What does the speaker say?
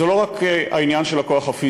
זה לא רק העניין של הכוח הפיזי,